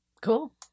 cool